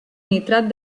nitrat